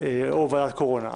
או ועדת הקורונה.